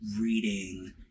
reading